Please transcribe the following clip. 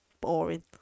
boring